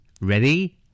Ready